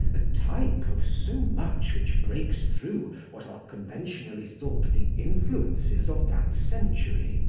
a type of so much which breaks through what are conventionally thought the influences of that century,